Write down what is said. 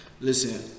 Listen